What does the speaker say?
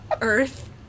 Earth